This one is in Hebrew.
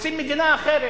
רוצים מדינה אחרת,